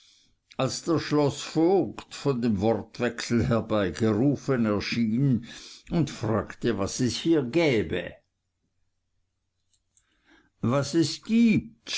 als der schloßvogt von dem wortwechsel herbeigerufen erschien und fragte was es hier gäbe was es gibt